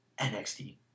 nxt